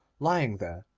lying there,